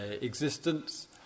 existence